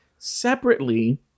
separately